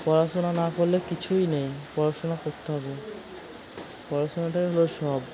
পড়াশোনা না করলে কিছুই নেই পড়াশোনা করতে হবে পড়াশোনাটাই হলো সব